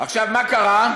עכשיו, מה קרה?